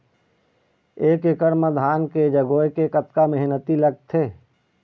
एक एकड़ म धान के जगोए के कतका मेहनती लगथे?